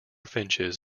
finches